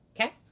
Okay